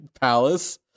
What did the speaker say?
palace